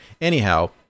Anyhow